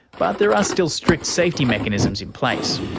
but there are still strict safety mechanisms in place.